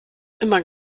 immer